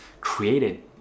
created